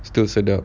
still sedap